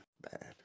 bad